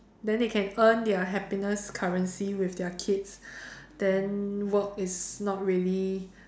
then they can earn their happiness currency with their kids then work is not really